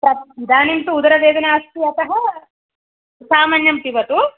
तत् इदानीम् तु उदरवेदना अस्ति अतः सामान्यं पिबतु